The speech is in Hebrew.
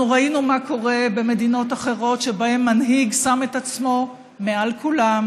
אנחנו ראינו מה קורה במדינות אחרות שבהן מנהיג שם את עצמו מעל כולם